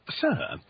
Sir